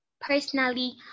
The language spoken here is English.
personally